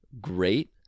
great